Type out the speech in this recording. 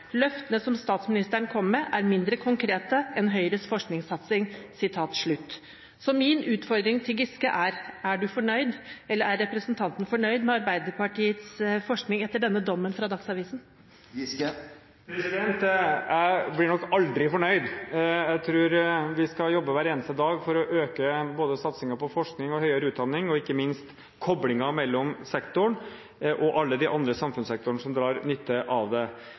Løftene som statsministeren kom med i går, er mindre konkrete enn Høyres forskningssatsing.» Så min utfordring til Giske er: Er representanten fornøyd med Arbeiderpartiets forskningspolitikk etter denne dommen fra Dagsavisen? Jeg blir nok aldri fornøyd. Jeg tror vi skal jobbe hver eneste dag for å øke både satsingen på forskning og høyere utdanning og ikke minst koblingen mellom sektoren og alle de andre samfunnssektorene som drar nytte av det.